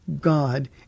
God